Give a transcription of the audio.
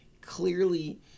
Clearly